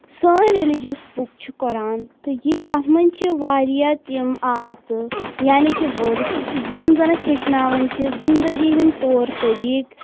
سٲنۍ religious book چھُ قُران تہٕ یہِ اَتھ منٛز چھِ واریاہ تِم آیتہٕ یعنی کہِ ؤرس یم زَن أسۍ ہیٚچھناوَن چھِ زِنٛدگی ہٕنٛدۍ طور طریق